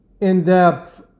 in-depth